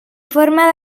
forma